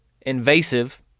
invasive